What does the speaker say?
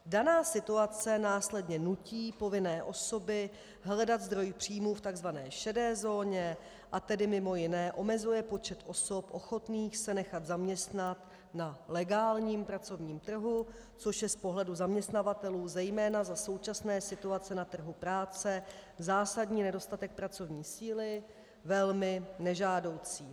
Daná situace následně nutí povinné osoby hledat zdroj příjmů v tzv. šedé zóně, a tedy mj. omezuje počet osob ochotných se nechat zaměstnat na legálním pracovním trhu, což je z pohledu zaměstnavatelů zejména za současné situace na trhu práce zásadní nedostatek pracovní síly velmi nežádoucí.